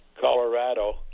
Colorado